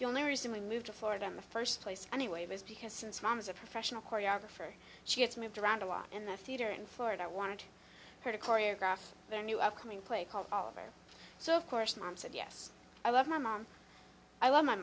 the only reason we moved to florida in the first place anyway was because since mom is a professional choreographer she has moved around a lot in the theater in florida i want her to choreograph their new upcoming play called oliver so of course mom said yes i love my mom i love my